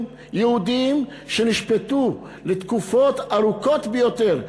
יהודים שנשפטו לתקופות ארוכות ביותר,